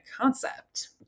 concept